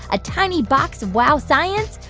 a tiny box of wow science.